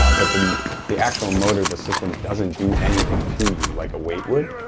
ah but the the actual motor the system doesn't do anything to you like a weight would.